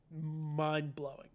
mind-blowing